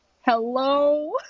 hello